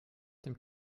dem